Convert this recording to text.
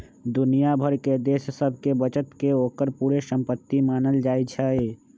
दुनिया भर के देश सभके बचत के ओकर पूरे संपति मानल जाइ छइ